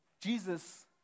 Jesus